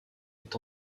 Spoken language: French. est